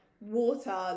water